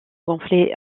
gonfler